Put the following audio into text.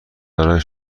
برای